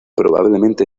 probablemente